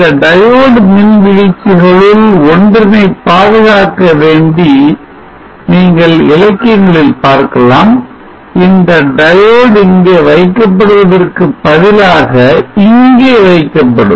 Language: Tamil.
இந்த diode மின்வீழ்ச்சிகளுள் ஒன்றினை பாதுகாக்க வேண்டி நீங்கள் இலக்கியங்களில் பார்க்கலாம் இந்த diode இங்கே வைக்கப்படுவதற்கு பதிலாக இங்கே வைக்கப்படும்